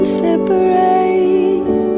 separate